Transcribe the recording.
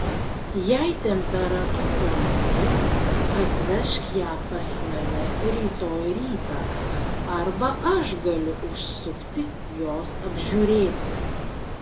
jei temperatūra nukris atvežk ją pas mane rytoj rytą arba aš galiu užsukti jos apžiūrėti